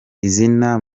izina